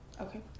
okay